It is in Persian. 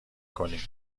کنی